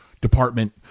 department